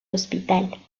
hospital